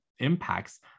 impacts